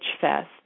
fest